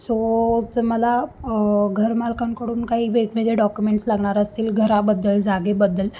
so च मला घरमालकांकडून काही वेगवेगळे डॉक्युमेंट्स लागणार असतील घराबद्दल जागेबद्दल